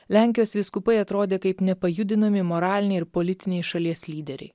lenkijos vyskupai atrodė kaip nepajudinami moraliniai ir politiniai šalies lyderiai